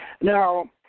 Now